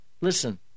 Listen